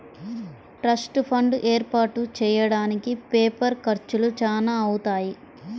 trust fund ఏర్పాటు చెయ్యడానికి paper ఖర్చులు చానా అవుతాయి